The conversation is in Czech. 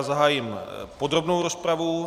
Zahájím podrobnou rozpravu.